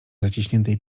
zaciśniętej